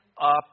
up